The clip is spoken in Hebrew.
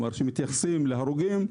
כשמתייחסים להרוגים,